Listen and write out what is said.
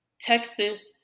Texas